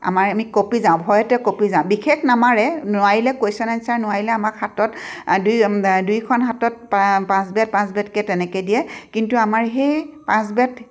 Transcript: আমাৰ আমি কঁপি যাওঁ ভয়তে কঁপি যাওঁ বিশেষ নামাৰে নোৱাৰিলে কুৱেশ্যন এনচাৰ নোৱাৰিলে আমাক হাতত দুই দুইখন হাতত পা পাঁচ বেত পাঁচ বেতকৈ তেনেকৈ দিয়ে কিন্তু আমাৰ সেই পাঁচ বেত